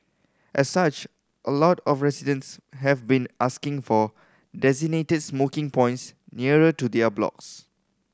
as such a lot of residents have been asking for designated smoking points nearer to their blocks